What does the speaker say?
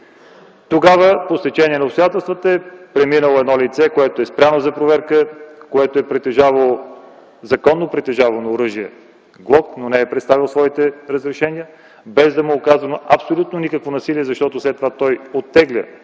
Тогава, по с течение на обстоятелствата е преминало едно лице, което е спряно за проверка, което е притежавало законно притежавано оръжие „Глог”, но не е представило своето разрешение – без да му е оказано абсолютно никакво насилие, защото след това оттегля